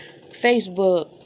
facebook